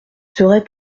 serait